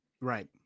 Right